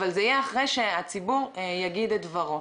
אבל זה יהיה אחרי שהציבור יגיד את דברו.